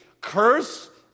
curse